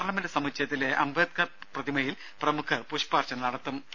parliament സമുച്ചയത്തിലെ അംബേദ്കർ പ്രതിമയിൽ പ്രമുഖർ പുഷ്പാർച്ചന നടത്തും